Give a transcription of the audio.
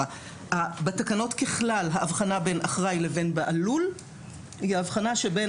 בתקנות ככלל ההבחנה בין אחראי בעל לול היא הבחנה שבין